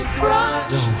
crush